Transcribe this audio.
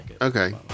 Okay